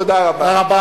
תודה רבה.